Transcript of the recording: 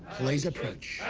please approach.